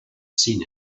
seen